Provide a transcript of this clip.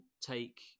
take